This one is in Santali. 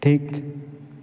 ᱴᱷᱤᱠ